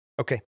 Okay